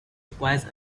requires